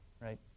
Right